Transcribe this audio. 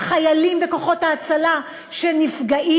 החיילים ואנשי כוחות ההצלה שנפגעים,